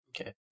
Okay